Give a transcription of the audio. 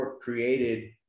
created